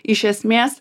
iš esmės